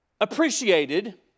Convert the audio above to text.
appreciated